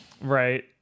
right